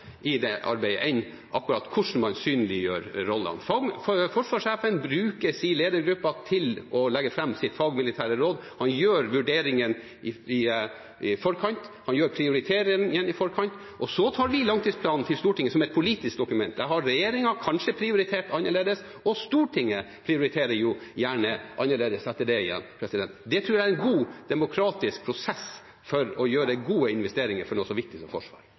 arbeidet enn akkurat hvordan man synliggjør rollen. Forsvarssjefen bruker sin ledergruppe til å legge fram sitt fagmilitære råd. Han gjør vurderingen i forkant. Han gjør prioriteringene i forkant. Og så tar vi langtidsplanen til Stortinget som et politisk dokument. Der har regjeringen kanskje prioritert annerledes, og Stortinget prioriterer jo gjerne annerledes etter det igjen. Det tror jeg er en god demokratisk prosess for å gjøre gode investeringer i noe så viktig som